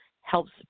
helps